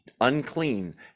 unclean